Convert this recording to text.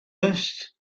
best